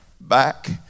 back